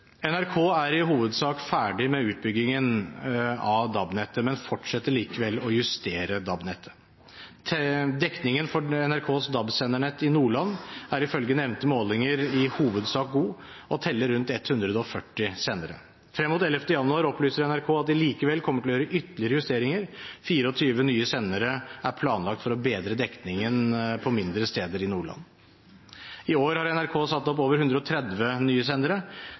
NRK er i hovedsak ferdig med utbyggingen av DAB-nettet, men fortsetter likevel å justere DAB-nettet. Dekningen for NRKs DAB-sendernett i Nordland er ifølge nevnte målinger i hovedsak god og teller rundt 140 sendere. Frem mot 11. januar opplyser NRK at de likevel kommer til å gjøre ytterligere justeringer. 24 nye sendere er planlagt for å bedre dekningen på mindre steder i Nordland. I år har NRK satt opp over 130 nye sendere,